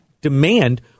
demand